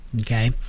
Okay